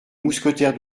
mousquetaires